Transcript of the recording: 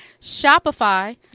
Shopify